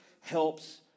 helps